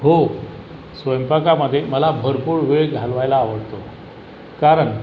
हो स्वयंपाकामधे मला भरपूर वेळ घालवायला आवडतो कारन